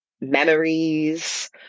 memories